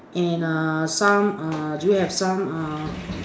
and err some uh do you have some uh